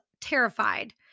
terrified